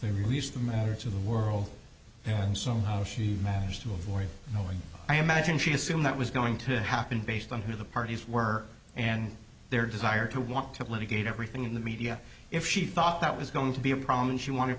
they released the matter to the world and somehow she managed to avoid knowing i imagine she assumed that was going to happen based on who the parties were and their desire to want to placate everything in the media if she thought that was going to be a problem and she want to